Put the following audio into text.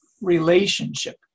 relationship